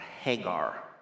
hagar